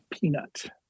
Peanut